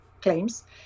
claims